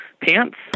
pants